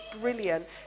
brilliant